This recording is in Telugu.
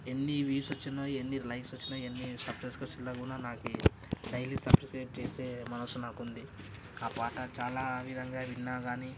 ఎన్ని వ్యూస్ వచ్చిన ఎన్ని లైక్స్ వచ్చిన ఎన్ని సబ్స్క్రైబ్ వచ్చిన కూడా నాకి డైలీ సబ్స్క్రయిబ్ చేసే మనసు నాకుంది ఆ పాట చాలా విధంగా విన్నా కానీ